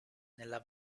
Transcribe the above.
nella